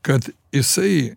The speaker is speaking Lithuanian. kad jisai